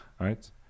right